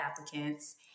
applicants